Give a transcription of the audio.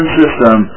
system